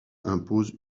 impose